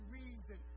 reason